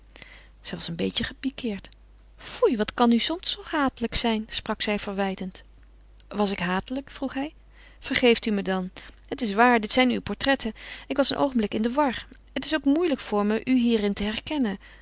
was een beetje gepiqueerd foei wat kan u soms toch hatelijk zijn sprak ze verwijtend was ik hatelijk vroeg hij vergeeft u me dan het is waar dit zijn uw portretten ik was een oogenblik in de war het is ook moeilijk voor me u hierin te herkennen